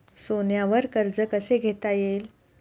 सोन्यावर कर्ज कसे घेता येईल?